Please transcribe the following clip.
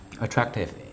attractive